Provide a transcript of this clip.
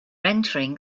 entering